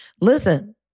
Listen